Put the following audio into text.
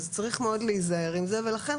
אז צריך מאוד להיזהר עם זה ולכן,